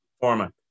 format